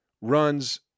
runs